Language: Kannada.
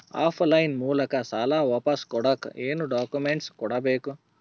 ಆಫ್ ಲೈನ್ ಮೂಲಕ ಸಾಲ ವಾಪಸ್ ಕೊಡಕ್ ಏನು ಡಾಕ್ಯೂಮೆಂಟ್ಸ್ ಕೊಡಬೇಕು?